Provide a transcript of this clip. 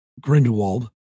grindelwald